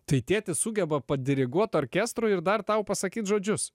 tai tėtis sugeba padiriguot orkestrui ir dar tau pasakyt žodžius